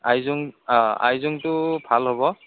আইজং অঁ আইজংটো ভাল হ'ব